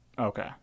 Okay